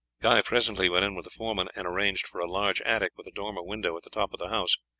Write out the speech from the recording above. guy presently went in with the foreman and arranged for a large attic with a dormer window, at the top of the house.